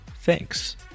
Thanks